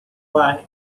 wye